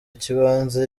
ikibanza